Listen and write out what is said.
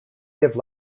give